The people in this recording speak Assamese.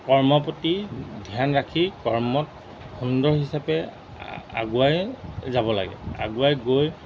কৰ্মৰ প্ৰতি ধ্যান ৰাখি কৰ্মত সুন্দৰ হিচাপে আগুৱাই যাব লাগে আগুৱাই গৈ